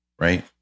Right